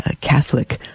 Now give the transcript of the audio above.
Catholic